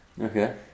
okay